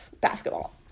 basketball